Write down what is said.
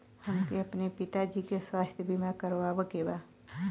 हमके अपने पिता जी के स्वास्थ्य बीमा करवावे के बा?